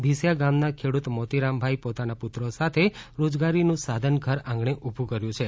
ભીસ્યા ગામ ના ખેડૂત મોતીરામ ભાઈ પોતાના પુત્રો સાથે રોજગારી નું સાધન ઘર આંગણે ઉભું કર્યું છે